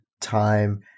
time